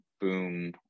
Boom